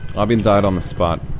rabin died on the spot.